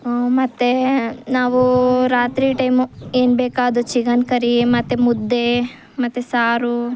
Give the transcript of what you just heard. ಮತ್ತು ನಾವು ರಾತ್ರಿ ಟೈಮು ಏನು ಬೇಕಾದ್ರೂ ಚಿಕನ್ ಕರಿ ಮತ್ತು ಮುದ್ದೆ ಮತ್ತು ಸಾರು